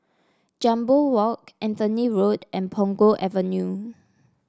Jambol Walk Anthony Road and Punggol Avenue